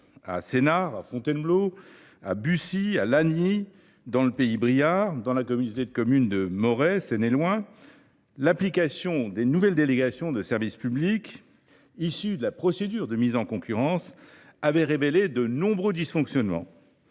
à Sénart, à Fontainebleau, à Bussy Saint Georges, à Lagny sur Marne, dans le pays briard ou dans la communauté de communes Moret Seine et Loing, l’application des nouvelles délégations de service public issues de la procédure de mise en concurrence avait révélé de nombreux dysfonctionnements,